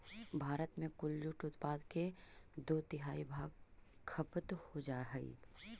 भारत में कुल जूट उत्पादन के दो तिहाई भाग खपत हो जा हइ